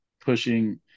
pushing